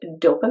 dopamine